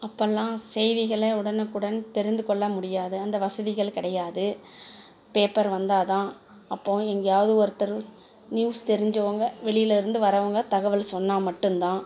அப்போல்லாம் செய்திகளை உடனுக்குடன் தெரிந்துக்கொள்ள முடியாது அந்த வசதிகள் கிடையாது பேப்பர் வந்தால்தான் அப்போது எங்கேயாவது ஒருத்தர் நியூஸ் தெரிஞ்சவங்க வெளியில் இருந்து வரவங்க தகவல் சொன்னால் மட்டும்தான்